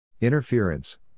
Interference